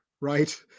right